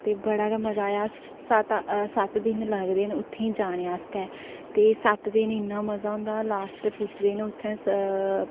ते बड़ा गै मज़ा आया ते सत्त दिन लगदे न उत्थै जाने आस्तै ते सत्त दिन इ'न्ना मज़ा होंदा लास्ट पुजदे न उत्थै